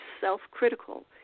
self-critical